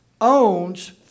owns